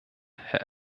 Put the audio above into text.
herr